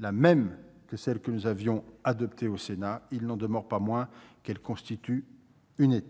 la même que celle que nous avions adoptée. Il n'en demeure pas moins qu'elle constitue une